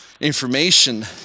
information